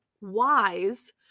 wise